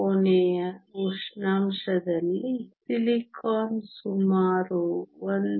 ಕೋಣೆಯ ಉಷ್ಣಾಂಶದಲ್ಲಿ ಸಿಲಿಕಾನ್ ಸುಮಾರು 1